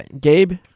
Gabe